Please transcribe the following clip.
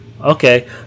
okay